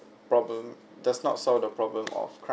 problem does not solve the problem of cri~